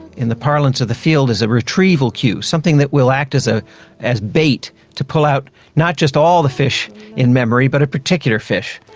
in the parlance of the field, is a retrieval cue, something that will act as ah as bait to pull out not just all the fish in memory but a particular fish.